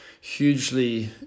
hugely